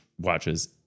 watches